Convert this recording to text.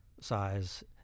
size